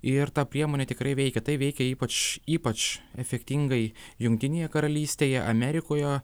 ir ta priemonė tikrai veikia tai veikia ypač ypač efektingai jungtinėje karalystėje amerikoje